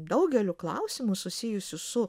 daugeliu klausimų susijusių su